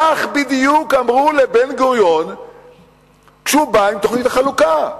כך בדיוק אמרו לבן-גוריון כשהוא בא עם תוכנית החלוקה.